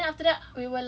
I don't know ah just like